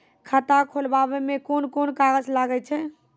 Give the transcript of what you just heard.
खाता खोलावै मे कोन कोन कागज लागै छै?